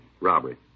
Robbery